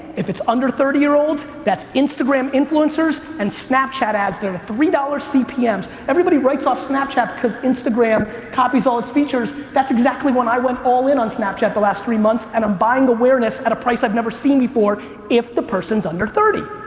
if it's under thirty year olds, that's instagram influencers and snapchat ads that are three dollars cpms. everybody writes off snapchat because instagram copies all its features. that's exactly when i went all in on snapchat the last three months, and i'm buying awareness at a price i've never seen before if the person's under thirty.